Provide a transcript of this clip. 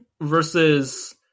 versus